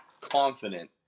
confident